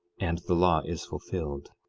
and the law is fulfilled.